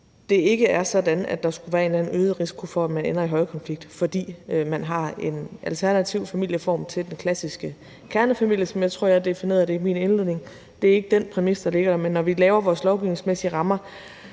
at det ikke er sådan, at der skulle være en eller anden øget risiko for, at man ender i højkonflikt, fordi man har en alternativ familieform til den klassiske kernefamilie, som jeg tror jeg definerede det i min indledning – det er ikke den præmis, der ligger – men når vi laver vores lovgivningsmæssige rammer,